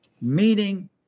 meaning